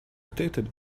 stated